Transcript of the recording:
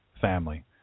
family